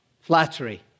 Flattery